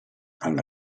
alla